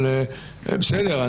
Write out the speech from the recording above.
אבל בסדר,